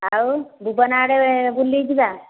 ଆଉ ଭୁବନ ଆଡ଼େ ବୁଲିଯିବା